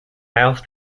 mouth